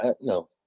no